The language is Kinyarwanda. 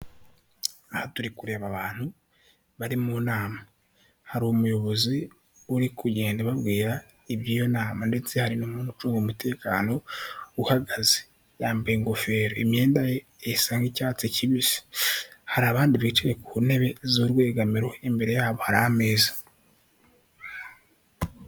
Aha turi kureba abantu bari mu nama, hari umuyobozi uri kugenda babwira iby'iyo nama ndetse hari n'umuntu ucunze umutekano uhagaze, yambaye ingofero, imyenda ye isa nk'icyatsi kibisi, hari abandi bicaye ku ntebe z'urwegamiro, imbere yabo hari ameza.